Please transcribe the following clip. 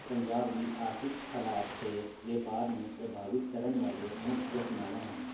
ਪੰਜਾਬ ਦੀ ਆਰਥਿਕ ਹਾਲਾਤ ਅਤੇ ਵਪਾਰ ਨੂੰ ਪ੍ਰਭਾਵਿਤ ਕਰਨ ਵਾਲੇ ਮੁੱਖ ਘਟਨਾਵਾਂ ਹਨ